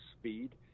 speed